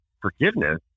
forgiveness